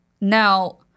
Now